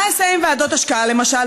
מה אעשה עם ועדות השקעה, למשל?